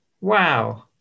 wow